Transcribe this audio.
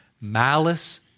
malice